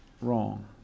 wrong